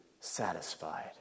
satisfied